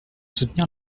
soutenir